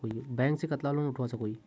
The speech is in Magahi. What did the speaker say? बैंक से कतला लोन उठवा सकोही?